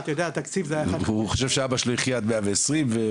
הוא חושב שאבא שלו יחיה עד מאה ועשרים.